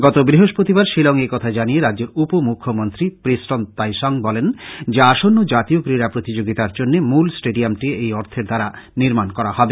গত বৃহস্পতিবার শিলং এ একথা জানিয়ে রাজ্যের উপ মৃখ্যমন্ত্রী প্রিস্টোন তাইসং বলেন যে আসন্ন জাতীয় ক্রীড়া প্রতিযোগীতার জন্য মূল স্টেডিয়ামটি এই অর্থের দ্বারা নির্মান করা হবে